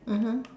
mmhmm